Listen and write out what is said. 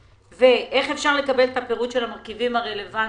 איך אפשר לקבל את הפירוט של המרכיבים הרלוונטיים?